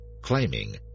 claiming